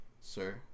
sir